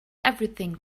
everything